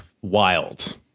Wild